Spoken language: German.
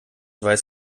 weiß